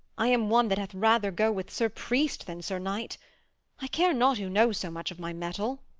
i am one that had rather go with sir priest than sir knight i care not who knows so much of my mettle.